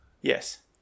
Yes